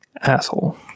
Asshole